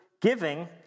giving